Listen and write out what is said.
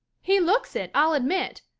he looks it, i'll admit.